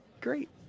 great